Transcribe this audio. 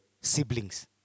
siblings